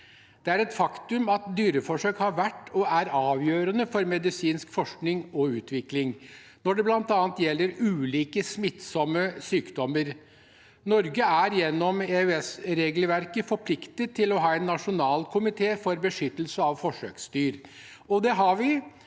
Det er et faktum at dyreforsøk har vært og er avgjø rende for medisinsk forskning og utvikling når det gjelder bl.a. ulike smittsomme sykdommer. Norge er gjennom EØS-regelverket forpliktet til å ha en nasjonal komité for beskyttelse av forsøksdyr. Det har vi,